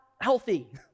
healthy